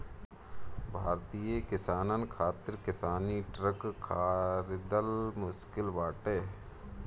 भारतीय किसानन खातिर किसानी ट्रक खरिदल मुश्किल बाटे